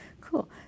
Cool